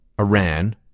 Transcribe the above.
Iran